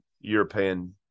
European